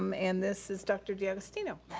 um and this is dr. d'agostino.